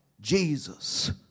Jesus